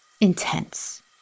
intense